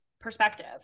perspective